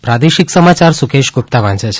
પ્રાદેશિક સમાચાર સુકેશ ગુપ્તા વાંચે છે